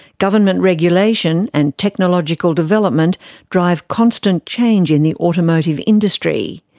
government regulation and technological development drive constant change in the automotive industry.